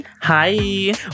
Hi